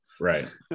Right